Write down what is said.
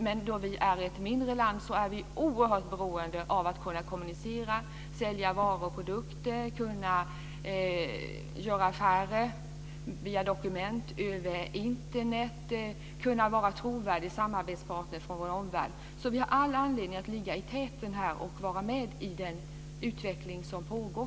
Men då vi är ett mindre land är vi oerhört beroende av att kunna kommunicera, sälja varor och produkter, kunna göra affärer via dokument över Internet, kunna vara en trovärdig samarbetspartner för vår omvärld. Vi har all anledning att ligga i täten och vara med i den utveckling som pågår.